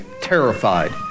terrified